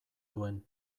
duen